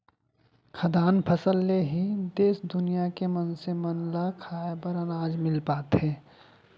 खाद्यान फसल ले ही देस दुनिया के मनसे मन ल खाए बर अनाज मिल पाथे